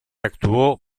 actuó